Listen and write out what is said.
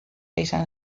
izan